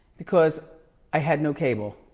because i had no cable.